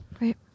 Right